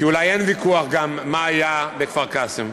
ואולי גם אין ויכוח מה היה בכפר-קאסם.